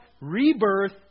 Rebirth